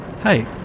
Hey